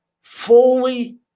fully